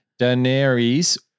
Daenerys